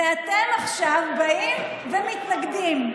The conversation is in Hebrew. ואתם עכשיו באים ומתנגדים.